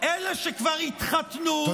אלה שכבר התחתנו,